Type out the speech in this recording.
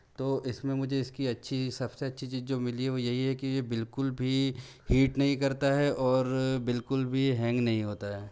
तो इसमें मुझे इसकी अच्छी सबसे अच्छी चीज जो मिला है वो यही है कि ये बिल्कुल भी हीट नहीं करता है और बिल्कुल भी हैंग नहीं होता है